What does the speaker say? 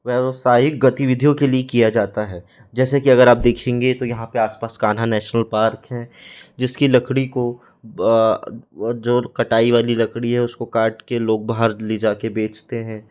व्यवसायिक गतिविधियों के लिए किया जाता है जैसे कि अगर आप देखेंगे तो यहाँ पे आसपास कान्हा नेशनल पार्क है जिसकी लकड़ी को जो कटाई वाली लकड़ी है उसको काट के लोग बाहर ले जाके बेचते हैं